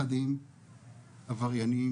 זה באמת כי גם השיגעון וגם הייאוש שהולך עם אובדנות